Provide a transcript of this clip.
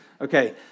Okay